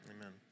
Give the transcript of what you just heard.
amen